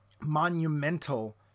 monumental